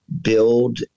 build